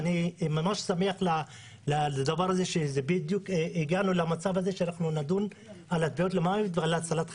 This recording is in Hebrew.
אני ממש שמח לזה שהגענו למצב הזה שנדון על הטביעות ועל הצלת חיים.